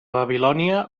babilònia